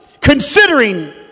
considering